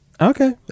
okay